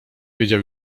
wiedział